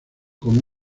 como